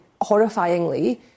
horrifyingly